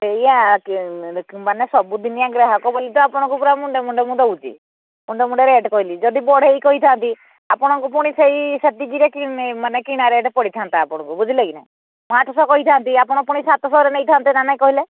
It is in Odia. ଏଇୟା ମାନେ ସବୁଦିନିଆ ଆ ଗ୍ରାହକ ବୋଲି ତ ଆପଣଙ୍କୁ ପୁରା ମୁଣ୍ଡେ ମୁଣ୍ଡେ ମୁଁ ଦେଉଛି ମୁଣ୍ଡେ ମୁଣ୍ଡେ ରେଟ୍ କହିଲି ଯଦି ବଢ଼େଇକି କହିଥାନ୍ତି ଆପଣଙ୍କୁ ପୁଣି ସେଇ ସେତିକିରେ ମାନେ କିଣା ରେଟ୍ ପଡ଼ିଥାନ୍ତା ଆପଣଙ୍କୁ ବୁଝିଲ କିି ନାଇଁ ମୁଁ ଆଠଶହ କହିଥାନ୍ତି ଆପଣ ପୁଣି ସାତଶହରେ ନେଇଥାନ୍ତେ ନା ନାଇଁ କହିଲେ